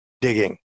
digging